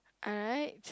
alright